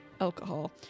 alcohol